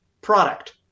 product